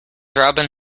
robin